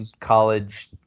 college